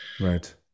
Right